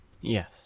Yes